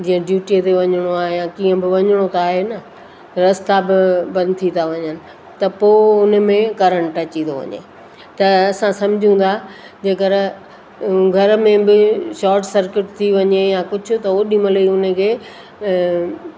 जीअं ड्यूटीअ ते वञिणो आहे कीअं बि वञिणो त आहे न रस्ता बि बंदि थी था वञनि त पोइ हुन में करंट अची थो वञे त असां समुझूं था जेकरि घर में बि शोर्ट सर्किट थी वञे या कुझु त होॾी महिल ई हुनखे